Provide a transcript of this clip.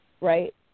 right